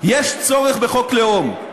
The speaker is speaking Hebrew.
יש צורך בחוק לאום.